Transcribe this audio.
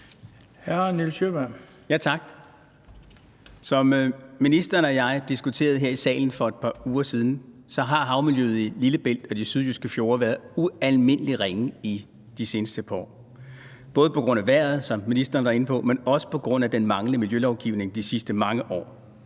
Som ministeren og jeg diskuterede her i salen for et par uger siden, har havmiljøet i Lillebælt og de sydjyske fjorde været ualmindelig ringe i de seneste par år, både på grund af vejret, som ministeren var inde på, men også på grund af den manglende miljølovgivning de sidste mange år.